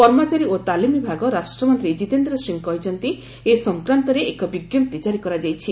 କର୍ମଚାରୀ ଓ ତାଲିମ ବିଭାଗ ରାଷ୍ଟ୍ରମନ୍ତ୍ରୀ ଜିତେନ୍ଦ୍ର ସିଂ କହିଛନ୍ତି ଏ ସଂକ୍ରାନ୍ତରେ ଏକ ବିଜ୍ଞପ୍ତି ଜାରି କରାଯାଇଛି